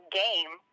game